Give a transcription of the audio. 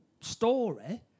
story